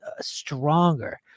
stronger